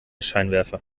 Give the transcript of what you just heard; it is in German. scheinwerfer